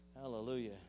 Hallelujah